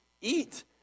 eat